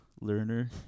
learner